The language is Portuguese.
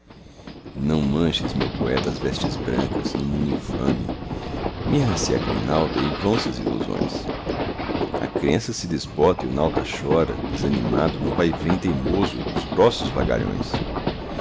não manches meu poeta as vestes brancas no mundo infame mirra se a grinalda e vão-se as ilusões a crença se desbota e o nauta chora desanimado no vaivém teimoso dos grossos vagalhões